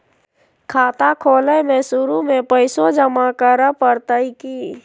खाता खोले में शुरू में पैसो जमा करे पड़तई की?